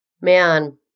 man